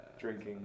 Drinking